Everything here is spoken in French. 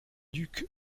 duc